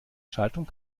schaltung